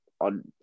on